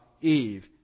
Eve